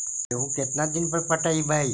गेहूं केतना दिन पर पटइबै?